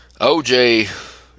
OJ